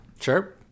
Sure